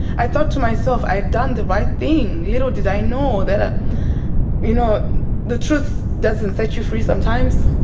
i thought to myself i'd done the right thing. little did i know that ah you know the truth doesn't set you free sometimes.